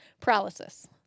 Paralysis